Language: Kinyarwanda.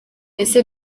ese